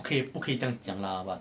可以不可以这样讲啦 but